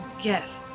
Yes